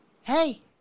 Hey